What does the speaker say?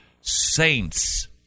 saints